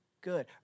good